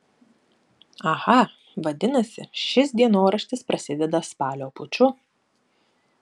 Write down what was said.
aha vadinasi šis dienoraštis prasideda spalio puču